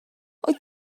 wyt